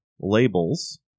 labels